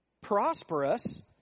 Prosperous